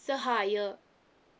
ಸಹಾಯ